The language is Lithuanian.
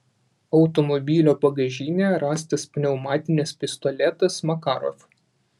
automobilio bagažinėje rastas pneumatinis pistoletas makarov